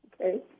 Okay